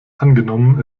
angenommen